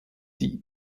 die